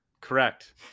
Correct